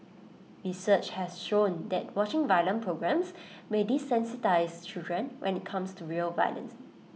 research has shown that watching violent programmes may desensitise children when IT comes to real violence